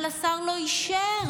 אבל השר לא אישר